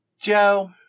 Joe